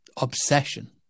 obsession